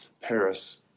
Paris